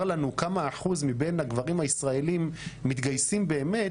לנו מה האחוז מקרב הגברים הישראלים שמתגייס באמת,